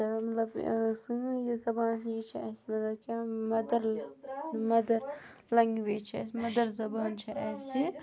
تہٕ مطلب سٲنۍ یہِ زبان یہِ چھِ اَسہِ مطلب کیٛاہ مَدَر مَدَر لنٛگویج چھِ اَسہِ مَدَر زبان چھِ اَسہِ یہِ